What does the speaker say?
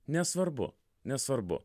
nesvarbu nesvarbu